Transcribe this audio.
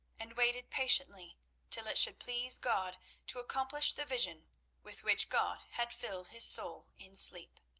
and waited patiently till it should please god to accomplish the vision with which god had filled his soul in sleep.